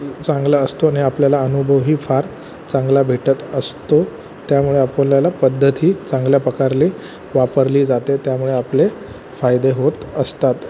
चांगला असतो आणि आपल्याला अनुभवही फार चांगला भेटत असतो त्यामुळे आपल्याला पद्धतही चांगल्या प्रकारले वापरली जाते त्यामुळे आपले फायदे होत असतात